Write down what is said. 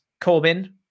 Corbin